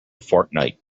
fortnite